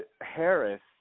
Harris